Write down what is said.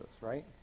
right